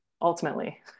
ultimately